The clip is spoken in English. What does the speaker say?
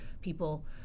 people